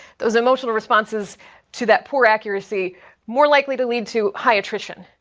those emotional responses to that poor accuracy more likely to lead to high attrition.